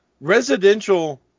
residential